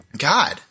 God